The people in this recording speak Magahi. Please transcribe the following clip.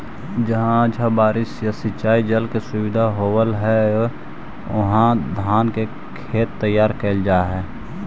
जहाँ अच्छा बारिश या सिंचाई जल के सुविधा होवऽ हइ, उहाँ धान के खेत तैयार कैल जा हइ